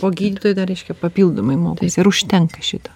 o gydytojai dar reiškia papildomai mokaisi ir užtenka šito